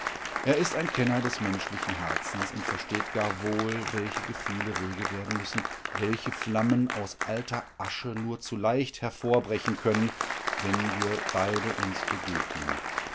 er ist ein kenner des menschlichen herzens und versteht gar wohl welche gefühle rege werden müssen welche flammen aus alter asche nur zu leicht hervorbrechen können wenn wir beide uns begegnen